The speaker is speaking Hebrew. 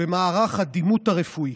במערך הדימות הרפואי.